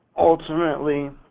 ultimately,